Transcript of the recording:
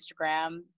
Instagram